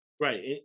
right